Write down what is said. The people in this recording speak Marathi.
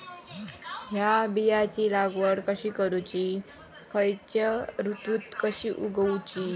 हया बियाची लागवड कशी करूची खैयच्य ऋतुत कशी उगउची?